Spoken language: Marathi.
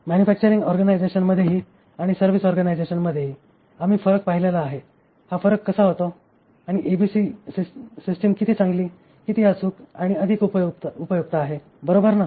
मॅन्युफॅक्चरिंग ऑर्गनायझेशनमध्येही आणि सर्व्हिस ऑर्गनायझेशनमध्येही आम्ही फरक पाहिलेला आहे हा फरक कसा होतो आणि एबीसी सिस्टम किती चांगली अधिक अचूक आणि अधिक उपयुक्त आहे बरोबर ना